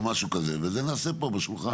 ואת זה נעשה פה בשולחן.